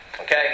Okay